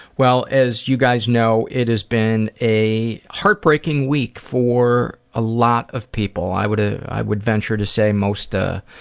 well, as you guys know, it has been a heartbreaking week for a lot of people. i would ah i would venture to say most ah